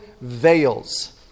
veils